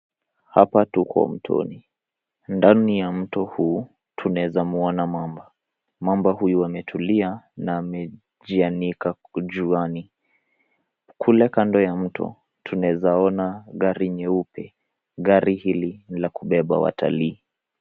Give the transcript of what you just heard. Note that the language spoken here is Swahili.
Hapa tuko mtoni, ndani ya mto huu tunaweza mwona mamba. Mamba huyu ametulia na amejianika juani. Kule kando ya mto tunaweza ona gari nyeupe, gari hili ni ya kubeba watalii.